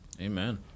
Amen